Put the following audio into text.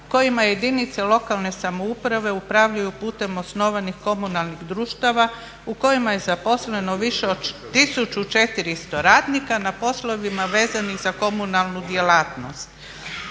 kojima jedinice lokalne samouprave upravljaju putem osnovanih komunalnih društava u kojima je zaposleno više od 1400 radnika na poslovima vezanim za komunalnu djelatnost.